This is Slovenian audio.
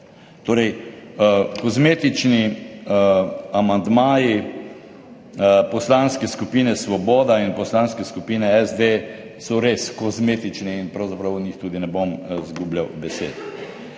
Torej, kozmetični amandmaji Poslanske skupine Svoboda in Poslanske skupine SD so res kozmetični in pravzaprav o njih tudi ne bom izgubljal besed.